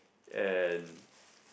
and